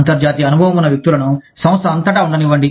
అంతర్జాతీయ అనుభవమున్న వ్యక్తులను సంస్థ అంతటా వుండనివ్వండి